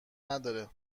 نداره